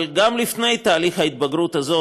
אבל גם לפני תהליך ההתבגרות הזה,